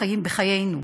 בחיינו.